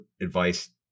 advice